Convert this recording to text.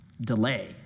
Delay